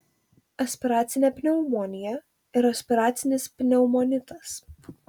aspiracinė pneumonija ir aspiracinis pneumonitas